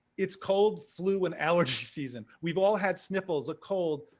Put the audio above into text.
it's cold, flu, and allergy season. we've all had sniffles, a cold,